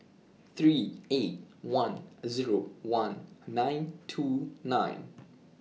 three eight one Zero one nine two nine